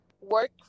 work